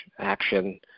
action